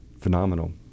phenomenal